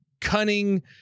cunning